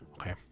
okay